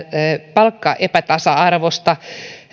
palkkaepätasa arvosta